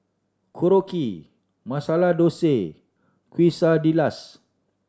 Korokke Masala Dosa Quesadillas